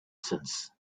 since